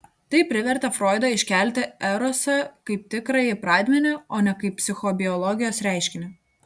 tai privertė froidą iškelti erosą kaip tikrąjį pradmenį o ne kaip psichobiologijos reiškinį